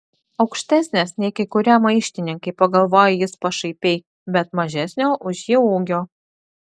aukštesnės nei kai kurie maištininkai pagalvojo jis pašaipiai bet mažesnio už jį ūgio